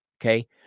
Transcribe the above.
okay